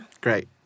Great